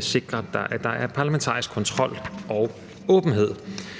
sikrer, at der er parlamentarisk kontrol og åbenhed.